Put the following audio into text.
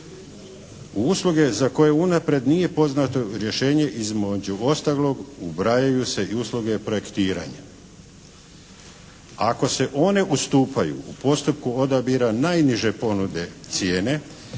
U usluge za koje unaprijed nije poznato rješenje između ostalog ubrajaju se i usluge projektiranja. Ako se one ustupaju u postupku odabira najniže ponude cijene,